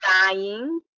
dying